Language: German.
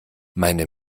meine